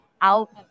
out